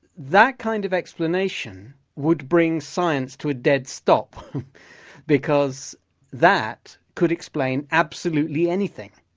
that kind of explanation would bring science to a dead stop because that could explain absolutely anything.